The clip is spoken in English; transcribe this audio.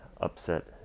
upset